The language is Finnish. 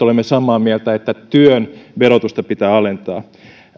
olemme samaa mieltä että työn verotusta pitää alentaa